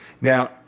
Now